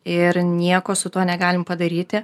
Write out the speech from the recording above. ir nieko su tuo negalim padaryti